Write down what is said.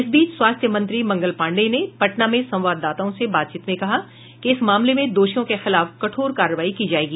इस बीच स्वास्थ्य मंत्री मंगल पांडेय ने पटना में संवाददाताओं से बातचीत में कहा कि इस मामले में दोषियों के खिलाफ कठोर कार्रवाई की जायेगी